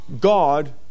God